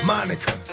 Monica